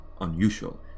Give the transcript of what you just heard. unusual